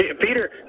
Peter